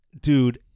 Dude